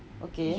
okay